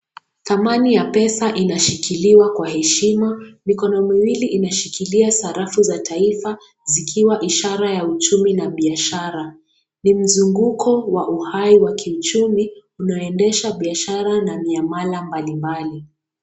Thamani ya pesa inashikilia kwa heshima. Mikono miwili inashikilia sarafu za taifa zikiwa ishara ya uchumi na biashara. Ni mzunguko wa uhai wa kiuchumi unaendesha biashara na miana mbalimbali